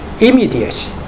immediate